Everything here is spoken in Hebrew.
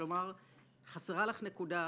כלומר חסרה לך נקודה אחת.